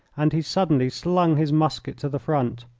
and he suddenly slung his musket to the front